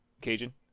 Cajun